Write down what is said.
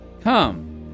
Come